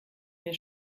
wir